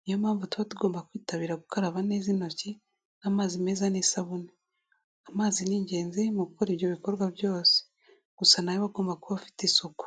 Niyo mpamvu tuba tugomba kwitabira gukaraba neza intoki n'amazi meza n'isabune. Amazi ni ingenzi mu gukora ibyo bikorwa byose gusa na yo agomba kuba afite isuku.